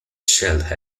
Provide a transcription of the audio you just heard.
shelled